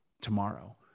tomorrow